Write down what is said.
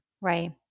Right